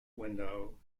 window